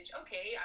Okay